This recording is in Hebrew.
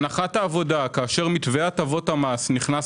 הנחת העבודה כאשר מתווה הטבות המס נכנס